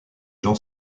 jean